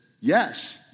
yes